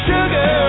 Sugar